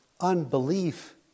Unbelief